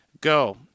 Go